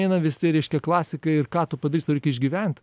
eina visi reiškia klasikai ir ką tu padarysi tau reikia išgyvent